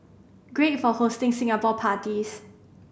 great for hosting Singapore parties